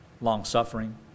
Long-suffering